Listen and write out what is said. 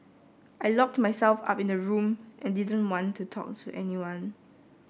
I locked myself up in the room and didn't want to talk to anyone